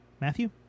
Matthew